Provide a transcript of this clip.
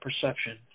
perception